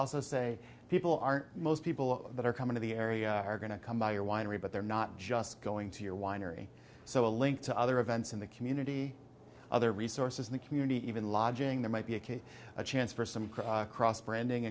also say people are most people that are coming to the area are going to come by your winery but they're not just going to your winery so a link to other events in the community other resources in the community even lodging there might be a case a chance for some crock cross branding